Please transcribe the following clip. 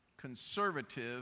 conservative